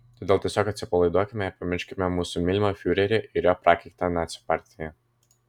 todėl tiesiog atsipalaiduokime ir pamirškime mūsų mylimą fiurerį ir jo prakeiktą nacių partiją